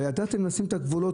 אבל ידעתם לשים את הגבולות,